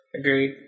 Agreed